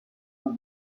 dans